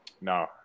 No